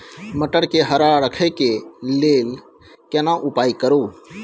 मटर के हरा रखय के लिए केना उपाय करू?